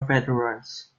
veterans